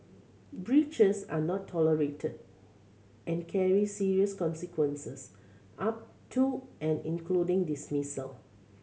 breaches are not tolerated and carry serious consequences up to and including dismissal